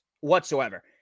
whatsoever